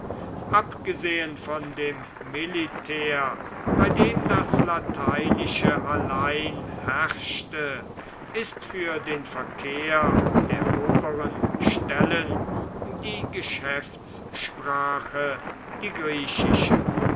abgesehen von dem militär bei dem das lateinische allein herrschte ist für den verkehr der oberen stellen die geschäftssprache die griechische